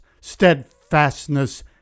steadfastness